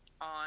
on